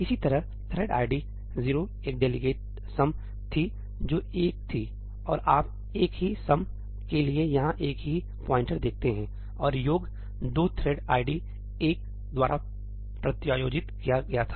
इसी तरह thread ID 0 एक डेलीगेट सम थी जो एक थी और आप एक ही सम के लिए यहाँ एक ही पॉइंटर देखते हैं और योग दो थ्रेड आईडी 1 द्वारा प्रत्यायोजित किया गया था